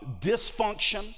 dysfunction